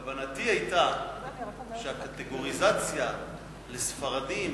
כוונתי היתה שהקטגוריזציה לספרדים